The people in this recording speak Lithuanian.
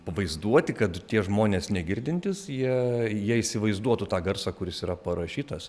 pavaizduoti kad tie žmonės negirdintys jie jie įsivaizduotų tą garsą kuris yra parašytas